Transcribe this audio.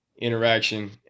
interaction